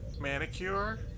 Manicure